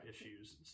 issues